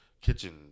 kitchen